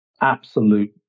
absolute